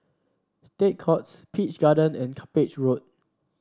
State Courts Peach Garden and Cuppage Road